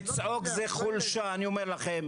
לצעוק זו חולשה, אני אומר לכם.